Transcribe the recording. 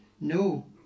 no